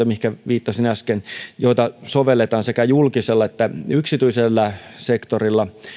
mihinkä viittasin äsken joita sovelletaan sekä julkisella että yksityisellä sektorilla